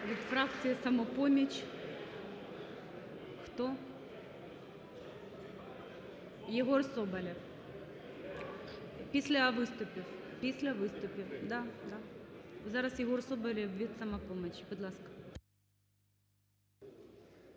Від фракції "Самопоміч", хто? Єгор Соболєв. Після виступів, після виступів, да, да, зараз Єгор Соболєв від "Самопомочі", будь ласка.